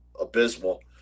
abysmal